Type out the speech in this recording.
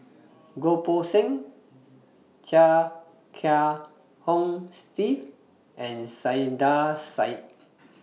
Goh Poh Seng Chia Kiah Hong Steve and Saiedah Said